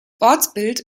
ortsbild